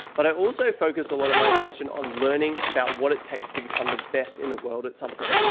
but i also focus a lot of my attention on learning about what it takes to become the best in the world at something.